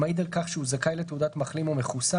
המעיד על כך שהוא זכאי לתעודת מחלים או מחוסן,